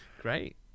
Great